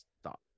stop